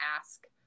ask